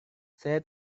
saya